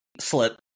slip